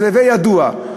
אז להווי ידוע,